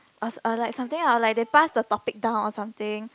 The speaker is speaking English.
or or like something or like they pass the topic down or something